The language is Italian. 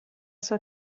sua